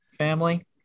family